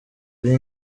ari